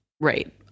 Right